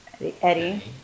Eddie